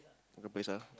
other place ah